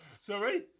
Sorry